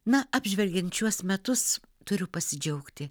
na apžvelgiant šiuos metus turiu pasidžiaugti